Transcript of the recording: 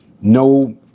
no